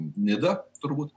nida turbūt